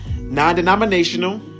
non-denominational